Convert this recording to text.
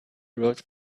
rode